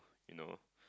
you know